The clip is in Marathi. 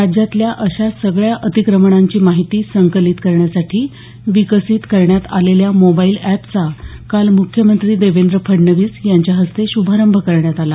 राज्यातल्या अशा सगळ्या अतिक्रमणांची माहिती संकलित करण्यासाठी विकसित करण्यात आलेल्या मोबाईल अॅपचा काल मुख्यमंत्री देवेंद्र फडणवीस यांच्या हस्ते श्भारंभ करण्यात आला